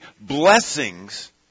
blessings